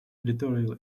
editorial